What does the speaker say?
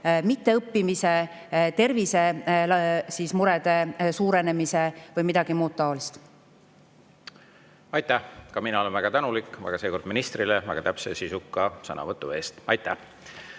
mitteõppimise, lapse tervise murede suurenemise või midagi muud taolist. Aitäh! Ka mina olen väga tänulik, aga seekord ministrile väga täpse ja sisuka sõnavõtu eest. Aitäh!